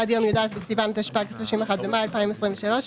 עד יום י"א בסיון התשפ"ג (31 במאי 2023)